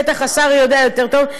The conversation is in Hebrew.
בטח השר יודע יותר טוב.